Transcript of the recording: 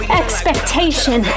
expectation